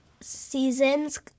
seasons